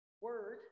word